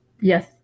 Yes